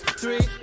three